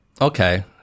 okay